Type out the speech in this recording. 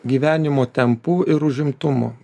gyvenimo tempu ir užimtumu